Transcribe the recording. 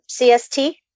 CST